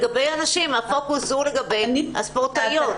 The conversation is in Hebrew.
לגבי הנשים, הפוקוס הוא לגבי הספורטאיות.